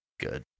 Good